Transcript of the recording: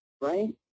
right